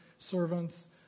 servants